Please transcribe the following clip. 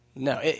No